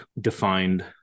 defined